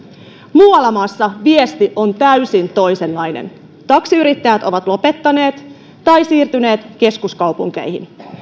muualla maassa viesti on täysin toisenlainen taksiyrittäjät ovat lopettaneet tai siirtyneet keskuskaupunkeihin